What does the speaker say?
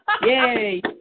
Yay